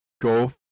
Go